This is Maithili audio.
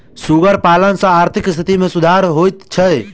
सुगर पालन सॅ आर्थिक स्थिति मे सुधार होइत छै